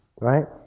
right